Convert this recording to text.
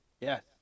Yes